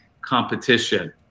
competition